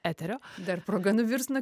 eterio dar proga nuvirs